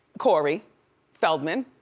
corey feldman.